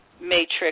matrix